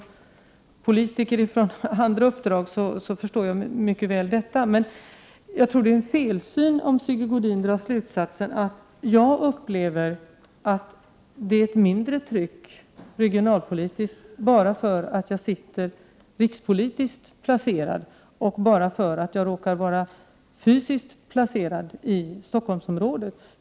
1988/89:110 andra uppdrag förstår jag detta mycket väl. Men jag tror att Sigge Godin har 9 maj 1989 fel om han drar slutsatsen att jag inte upplever det regionalpolitiska trycket lika starkt bara därför att jag är rikspolitiker och för att jag råkar vara fysiskt placerad i Stockholmsområdet.